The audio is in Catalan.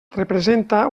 representa